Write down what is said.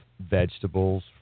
vegetables